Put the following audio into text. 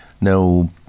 no